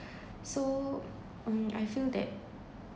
so um I feel that